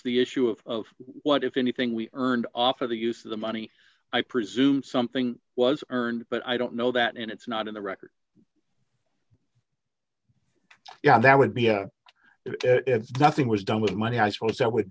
the issue of what if anything we earned off of the use of the money i presume something was earned but i don't know that and it's not in the record yeah that would be nothing was done with money i suppose that would